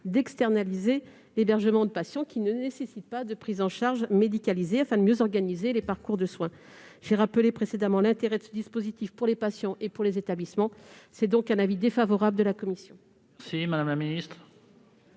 d'externaliser l'hébergement de patients ne nécessitant pas de prise en charge médicalisée, afin de mieux organiser les parcours de soins. J'ai rappelé précédemment l'intérêt de ce dispositif pour les patients et pour les établissements. La commission émet donc un avis défavorable sur cet amendement.